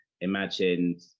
imagined